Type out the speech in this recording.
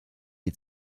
die